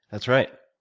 that's right.